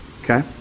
Okay